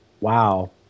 wow